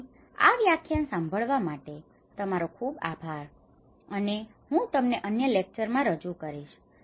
તેથી આ વ્યાખ્યાન સાંભળવા માટે તમારો ખૂબ આભાર અને હું તમને અન્ય લેકચરમાં રજૂ કરીશ